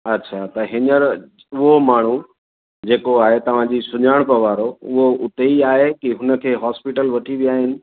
अछा त हींअर उहो माण्हू जेको आहे तव्हांजी सुञाणप वारो उहो उते ई आहे की हुनखे हॉस्पीटल वठी विया आहिनि